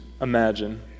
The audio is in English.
imagine